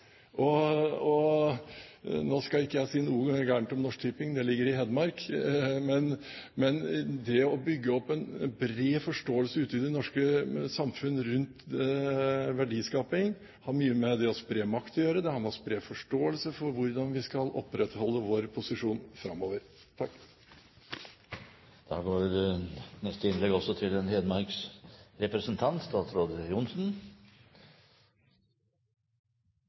private eierskap. Nå skal ikke jeg si noe galt om Norsk Tipping – det ligger i Hedmark – men det å bygge opp en bred forståelse ute i det norske samfunn av verdiskaping har mye med å spre makt å gjøre, og det har med å spre forståelse for hvordan vi skal opprettholde vår posisjon framover å gjøre. Da går neste innlegg også til en hedmarksrepresentant, statsråd Johnsen.